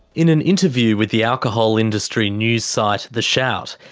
in an interview with the alcohol industry news site the shout,